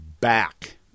back